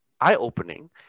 eye-opening